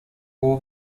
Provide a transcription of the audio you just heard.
will